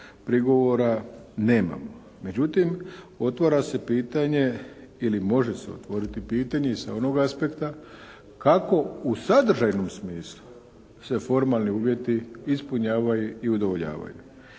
prigovora nemamo. Međutim, otvara se pitanje ili može se otvoriti pitanje i sa onog aspekta kako u sadržajnom smislu se formalni uvjeti ispunjavaju i udovoljavaju?